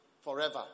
forever